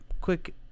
quick